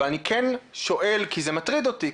אבל אני כן שואל כי זה מטריד אותי,